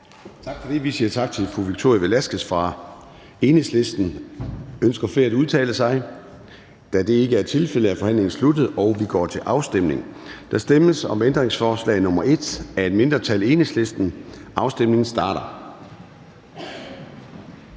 Tak for det. Vi siger tak til fru Victoria Velasquez fra Enhedslisten. Ønsker flere at udtale sig? Da det ikke er tilfældet, er forhandlingen sluttet, og vi går til afstemning. Kl. 13:14 Afstemning Formanden (Søren Gade): Der stemmes om ændringsforslag nr. 1 af et mindretal (EL). Afstemningen starter.